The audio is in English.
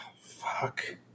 fuck